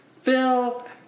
Phil